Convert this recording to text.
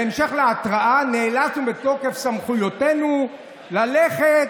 בהמשך להתראה, נאלצנו, בתוקף סמכויותינו, ללכת,